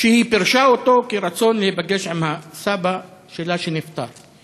שהיא פירשה אותו כרצון להיפגש עם הסבא שלה, שנפטר.